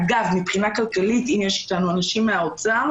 אגב, מבחינה כלכלית אם יש אנשים מהאוצר